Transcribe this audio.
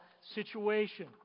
situation